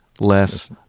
less